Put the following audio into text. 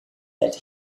that